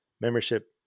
membership